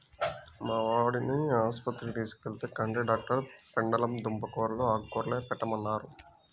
మా వాడిని ఆస్పత్రికి తీసుకెళ్తే, కంటి డాక్టరు పెండలం దుంప కూరలూ, ఆకుకూరలే పెట్టమన్నారు